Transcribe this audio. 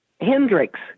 Hendricks